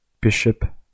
bishop